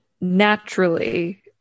naturally